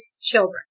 children